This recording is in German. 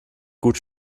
gut